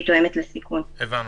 הבנו.